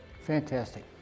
Fantastic